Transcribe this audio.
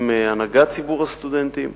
עם הנהגת ציבור הסטודנטים.